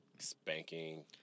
Spanking